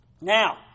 Now